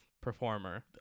performer